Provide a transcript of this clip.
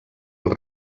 els